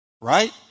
right